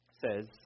says